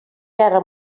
guerra